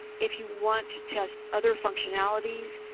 if you want to test other functionalities,